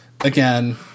again